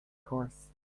course